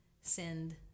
send